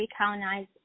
recolonize